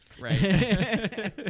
Right